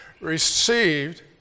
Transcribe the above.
received